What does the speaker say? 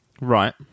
Right